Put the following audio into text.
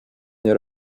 nie